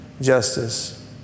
justice